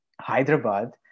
Hyderabad